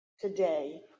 today